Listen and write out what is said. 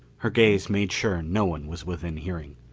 her gaze made sure no one was within hearing.